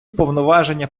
повноваження